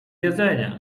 jedzenia